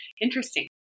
interesting